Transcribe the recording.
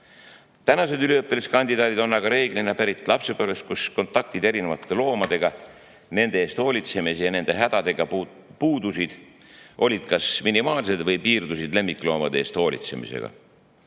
Tänased üliõpilaskandidaadid on aga reeglina pärit lapsepõlvest, kus kontaktid erinevate loomadega, nende eest hoolitsemise ja nende hädadega puudusid, olid kas minimaalsed või piirdusid lemmikloomade eest hoolitsemisega.